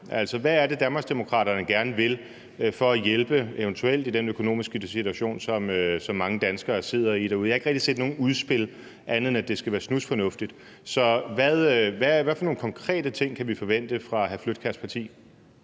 Altså, hvad er det, Danmarksdemokraterne gerne vil for eventuelt at hjælpe i den økonomiske situation, som mange danskere sidder i derude? Jeg har ikke rigtig set nogen udspil, andet end at det skal være snusfornuftigt. Så hvilke konkrete ting kan vi forvente fra hr. Dennis Flydtkjærs parti?